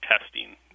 testing